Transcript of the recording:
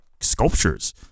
sculptures